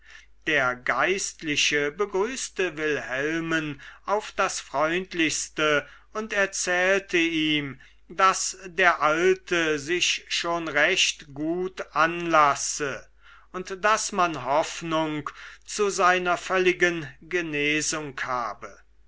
der geistliche begrüßte wilhelmen auf das freundlichste und erzählte ihm daß der alte sich schon recht gut anlasse und daß man hoffnung zu seiner völligen genesung habe